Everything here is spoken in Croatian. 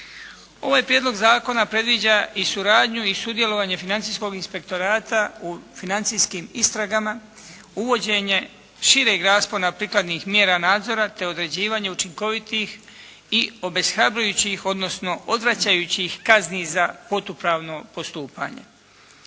Ovaj prijedlog zakona predviđa i suradnju i sudjelovanje Financijskog inspektorata u financijskim istragama, uvođenje šireg raspona prikladnih mjera nadzora, te određivanje učinkovitih i obeshrabrujućih, odnosno odvraćajućih kazni za protupravno postupanje.